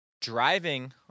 driving